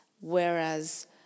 Whereas